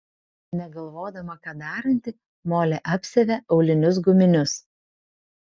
negalvodama ką daranti molė apsiavė aulinius guminius